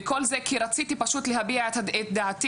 וכל זה כי רציתי פשוט להביע את דעתי